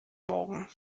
morgen